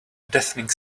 deafening